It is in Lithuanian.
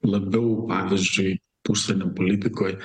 labiau pavyzdžiui užsienio politikoj